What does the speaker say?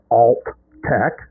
alt-tech